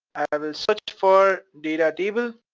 i will search for data table,